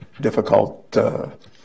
difficult